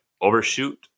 overshoot